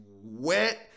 wet